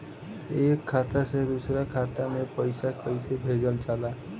एक खाता से दूसरा खाता में पैसा कइसे भेजल जाला?